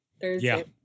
Thursday